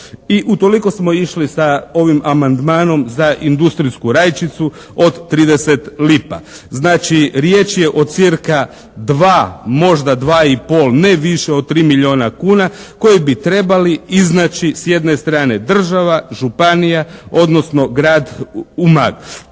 I utoliko smo išli sa ovim amandmanom za industrijsku rajčicu od 30 lipa. Znači, riječ je o cca 2, možda 2 i pol, ne više od 3 milijuna kuna koji bi trebali iznaći s jedne strane država, županija, odnosno Grad Umag.